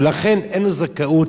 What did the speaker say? ולכן אין לו זכאות,